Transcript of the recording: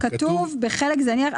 בדברי ההסבר כתוב חלק זניח,